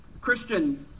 Christian